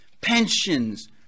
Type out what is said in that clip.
pensions